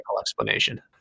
explanation